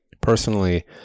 Personally